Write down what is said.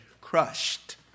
crushed